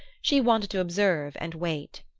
she wanted to observe and wait.